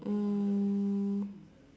um